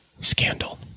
Scandal